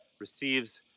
receives